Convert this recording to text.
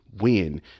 win